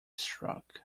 struck